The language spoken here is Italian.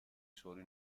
solo